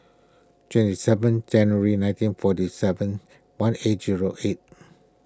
twenty seven January nineteen forty seven one eight zero eight